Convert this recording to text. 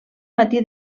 matí